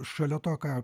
šalia to ką